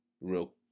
real